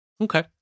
Okay